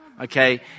Okay